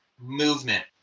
movement